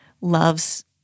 loves